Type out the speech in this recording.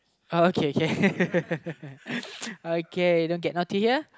okay K K okay don't get naughty here